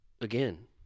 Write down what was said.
again